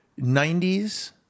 90s